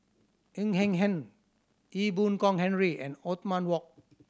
Ng Hen Hen Ee Boon Kong Henry and Othman Wok